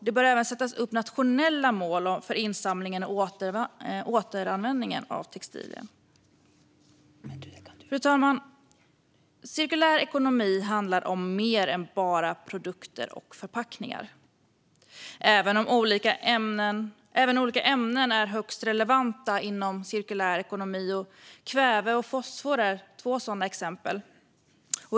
Det bör även sättas upp nationella mål för insamling och återanvändning av textilier. Fru talman! Cirkulär ekonomi handlar om mer än bara produkter och förpackningar. Även olika ämnen är högst relevanta i den cirkulära ekonomin. Kväve och fosfor är två exempel.